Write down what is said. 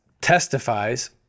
testifies